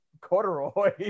Corduroy